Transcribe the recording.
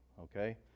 Okay